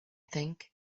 think